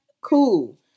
cool